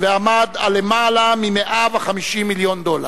והיה יותר מ-150 מיליון דולר.